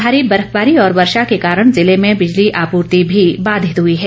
भारी बर्फवारी और वर्षा के कारण जिले में बिजली आपूर्ति भी बाधित हुई है